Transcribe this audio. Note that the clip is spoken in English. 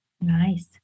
Nice